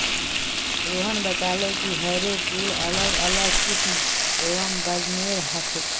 रोहन बताले कि harrow tool अलग अलग किस्म एवं वजनेर ह छे